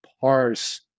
parse